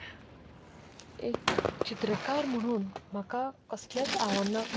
एक चित्रकार म्हणून म्हाका कसल्याच आव्हानाक